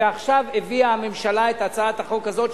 ועכשיו הביאה הממשלה את הצעת החוק הזאת,